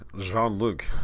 Jean-Luc